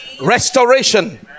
Restoration